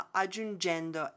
aggiungendo